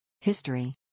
History